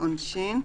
עונשין: